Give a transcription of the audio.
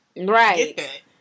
Right